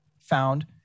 found